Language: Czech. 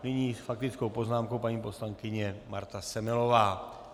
Nyní s faktickou poznámkou paní poslankyně Marta Semelová.